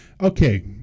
Okay